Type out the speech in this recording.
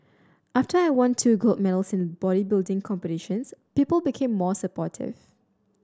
after I won two gold medals in bodybuilding competitions people became more supportive